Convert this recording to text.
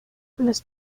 las